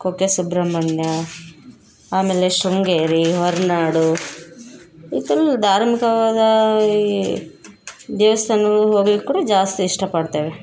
ಕುಕ್ಕೆ ಸುಬ್ರಹ್ಮಣ್ಯ ಆಮೇಲೆ ಶೃಂಗೇರಿ ಹೊರನಾಡು ಈ ಥರದ್ದು ಧಾರ್ಮಿಕವಾದ ಈ ದೇವಸ್ಥಾನ್ಗುಳ್ಗೆ ಹೋಗ್ಲಿಕ್ಕೆ ಕೂಡ ಜಾಸ್ತಿ ಇಷ್ಟಪಡ್ತೇವೆ